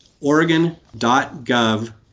Oregon.gov